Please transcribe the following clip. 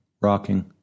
rocking